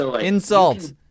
Insult